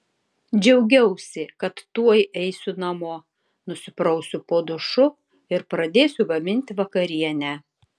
džiaugiausi kad tuoj eisiu namo nusiprausiu po dušu ir pradėsiu gaminti vakarienę